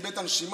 איבד את הנשימה